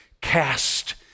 cast